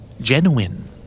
Genuine